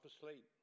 asleep